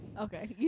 okay